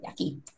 Yucky